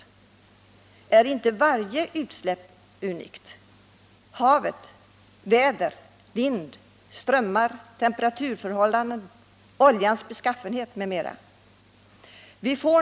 Men är inte varje utsläpp unikt allteftersom havet, väder, vind, strömmar, temperaturförhållanden, oljans beskaffenhet m.m. varierar?